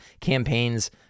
campaign's